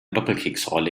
doppelkeksrolle